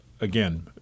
again